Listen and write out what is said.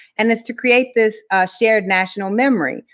and it's to create this shared national memory.